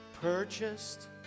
purchased